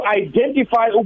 identify